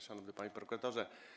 Szanowny Panie Prokuratorze!